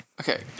Okay